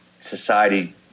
society